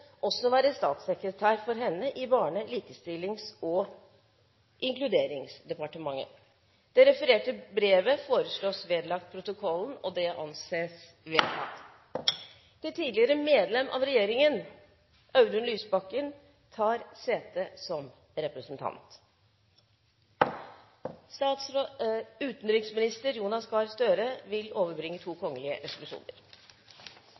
også være statssekretær for henne i Barne-, likestillings- og inkluderingsdepartementet.» Det refererte brevet foreslås vedlagt protokollen. – Det anses vedtatt. Det tidligere medlem av regjeringen, Audun Lysbakken, tar sete som representant. Etter ønske fra utenriks- og forsvarskomiteen vil